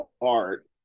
art